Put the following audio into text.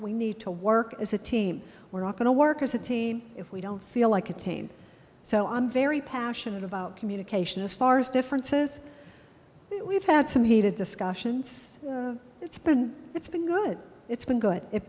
we need to work as a team we're not going to work as a team if we don't feel like attain so i'm very passionate about communication as far as differences we've had some heated discussions it's been it's been good it's been good it